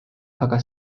aga